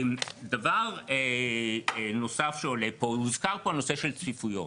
דבר נוסף שעולה פה, הוזכר פה הנושא של צפיפויות.